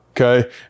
Okay